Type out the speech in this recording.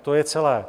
To je celé.